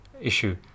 issue